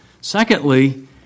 Secondly